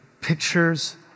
pictures